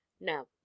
Now